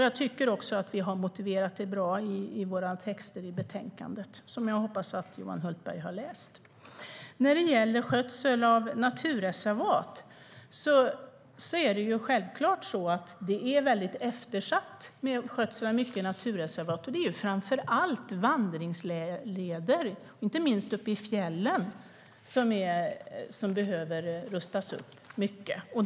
Jag tycker också att vi har motiverat det bra i våra texter i betänkandet, som jag hoppas att Johan Hultberg har läst. Johan Hultberg tar upp skötseln av naturreservat. Det är självklart att skötseln av många naturreservat är väldigt eftersatt. Det är framför allt vandringsleder, inte minst uppe i fjällen, som behöver rustas upp.